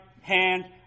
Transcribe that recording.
hand